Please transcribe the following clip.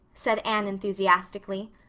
said anne enthusiastically.